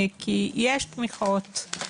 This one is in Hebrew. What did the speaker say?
יש תמיכות,